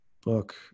book